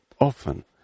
often